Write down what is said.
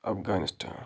Afghanistan